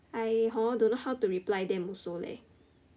I hor don't know to reply them also leh